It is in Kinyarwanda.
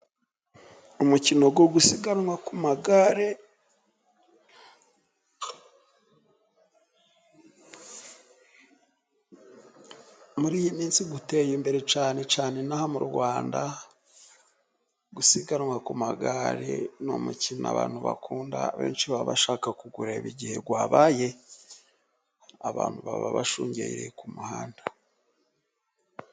Umukino wo gusiganwa ku magare, muri iyi minsi uteye imbere. Cyane cyane inaha mu Rwanda. Gusiganwa ku magare ni umukino abantu bakunda. Benshi baba bashaka kuwureba igihe wabaye, abantu baba bashungeye ku muhanda.